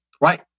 Right